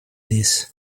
this